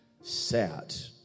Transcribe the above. sat